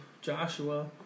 Joshua